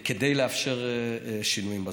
כדי לאפשר שינויים בזמן.